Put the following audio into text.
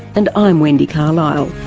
and i'm wendy carlisle